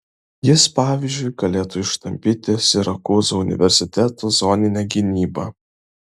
jis pavyzdžiui galėtų ištampyti sirakūzų universiteto zoninę gynybą